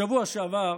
בשבוע שעבר,